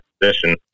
position